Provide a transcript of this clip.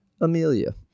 Amelia